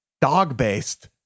dog-based